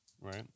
Right